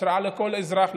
השראה לכל אזרח,